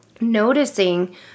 noticing